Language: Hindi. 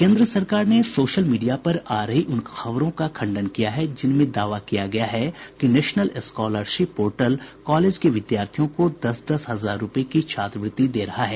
केन्द्र सरकार ने सोशल मीडिया पर आ रही उन खबरों का खंडन किया है जिनमें दावा किया गया है कि नेशनल स्कॉलरशिप पोर्टल कॉलेज के विद्यार्थियों को दस दस हजार रूपये की छात्रवृत्ति दे रहा है